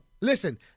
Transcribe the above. Listen